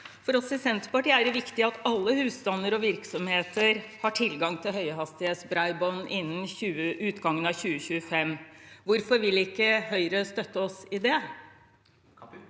For oss i Senterpartiet er det viktig at alle husstander og virksomheter har tilgang til høyhastighetsbredbånd innen utgangen av 2025. Hvorfor vil ikke Høyre støtte oss i det?